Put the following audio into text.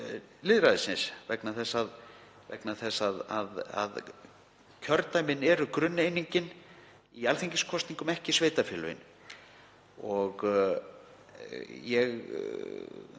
lýðræðisins, vegna þess að kjördæmin eru grunneiningin í alþingiskosningum, ekki sveitarfélögin. Ég